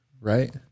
right